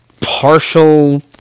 partial